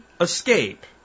escape